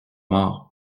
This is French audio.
morts